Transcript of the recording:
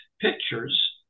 pictures